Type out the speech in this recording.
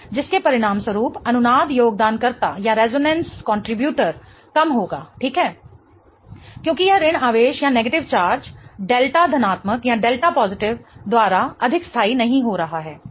जिसके परिणामस्वरूप अनुनाद योगदानकर्ता कम होगा ठीक है क्योंकि यह ऋण आवेश डेल्टा धनात्मक द्वारा अधिक स्थाई नहीं हो रहा है ठीक है